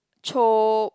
Chope